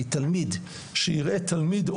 כי תלמיד שיראה תלמיד,